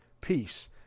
Peace